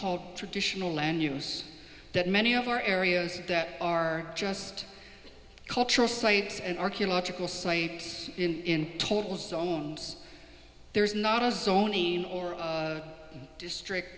called traditional land use that many of our areas that are just cultural sites and archaeological sites in total zones there's not a zone or district